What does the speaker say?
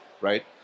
right